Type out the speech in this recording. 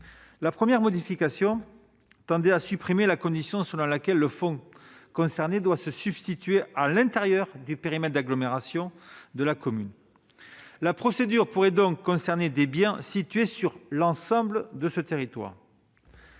La première tendait à supprimer la condition selon laquelle la parcelle concernée doit se situer à l'intérieur du périmètre d'agglomération de la commune. La procédure pourrait donc concerner des biens sur l'ensemble de son territoire.